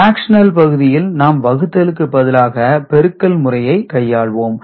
fractional பகுதியில் நாம் வகுத்தலுக்கு பதிலாக பெருக்கல் முறையை கையாள்வோம்